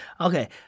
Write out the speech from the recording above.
Okay